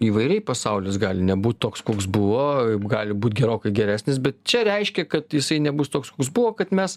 įvairiai pasaulis gali nebūt toks koks buvo gali būt gerokai geresnis bet čia reiškia kad jisai nebus toks koks buvo kad mes